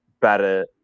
better